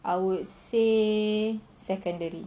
I would say secondary